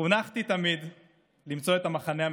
חונכתי תמיד למצוא את המכנה המשותף,